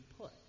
put